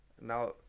now